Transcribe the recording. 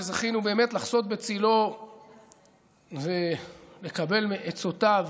שזכינו לחסות בצילו ולקבל מעצותיו,